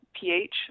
pH